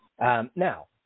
Now